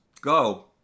Go